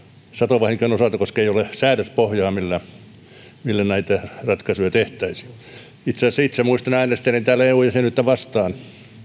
satovahinkojen osalta koska ei ole säädöspohjaa millä näitä ratkaisuja tehtäisiin itse asiassa itse muistan äänestäneeni täällä eu jäsenyyttä vastaan